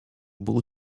był